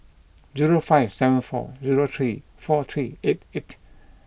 zero five seven four zero three four three eight eight